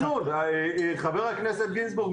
חבר הכנסת גינזבורג,